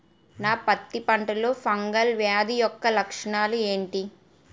నా పత్తి పంటలో ఫంగల్ వ్యాధి యెక్క లక్షణాలు ఏంటి?